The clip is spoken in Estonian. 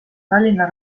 tallinna